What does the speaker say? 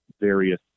various